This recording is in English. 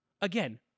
Again